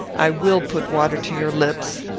i will put water to your lips.